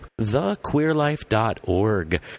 thequeerlife.org